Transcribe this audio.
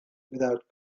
without